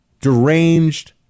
deranged